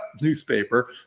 newspaper